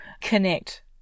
connect